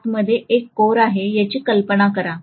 आतमध्ये एक कोर आहे याची कल्पना करा